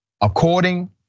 according